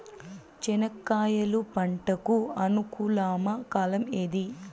చెనక్కాయలు పంట కు అనుకూలమా కాలం ఏది?